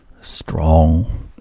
strong